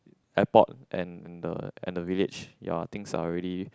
airport and the and the village ya I think are really